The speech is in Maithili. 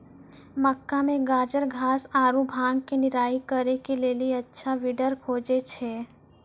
मक्का मे गाजरघास आरु भांग के निराई करे के लेली अच्छा वीडर खोजे छैय?